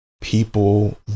People